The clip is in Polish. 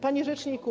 Panie Rzeczniku!